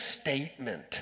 statement